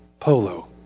Polo